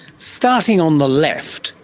starting on the left,